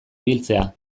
biltzea